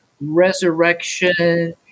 resurrection